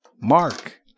Mark